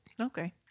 Okay